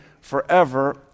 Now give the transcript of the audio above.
forever